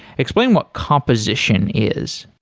explain what composition is?